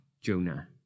Jonah